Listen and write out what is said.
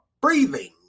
breathing